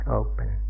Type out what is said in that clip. open